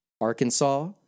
Arkansas